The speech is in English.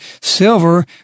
Silver